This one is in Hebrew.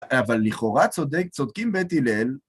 אבל לכאורה צודק, צודקים בית הילל.